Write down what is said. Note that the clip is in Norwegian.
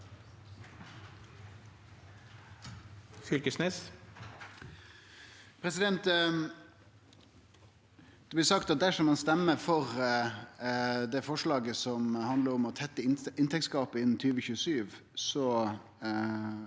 Det blir sagt at dersom ein stemmer for forslaget som handlar om å tette inntektsgapet innan 2027,